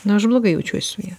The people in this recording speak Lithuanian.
nu aš blogai jaučiuosi su ja